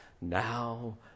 now